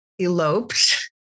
eloped